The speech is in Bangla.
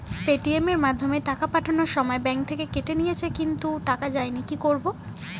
পেটিএম এর মাধ্যমে টাকা পাঠানোর সময় ব্যাংক থেকে কেটে নিয়েছে কিন্তু টাকা যায়নি কি করব?